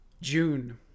June